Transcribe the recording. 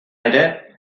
ere